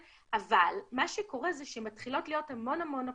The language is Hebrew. אבל מה שקורה הוא שמתחילות להיות המון המון אפליקציות,